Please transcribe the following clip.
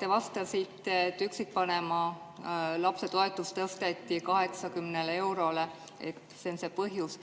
te vastasite, et üksikvanema lapse toetus tõsteti 80 eurole, et see on see põhjus.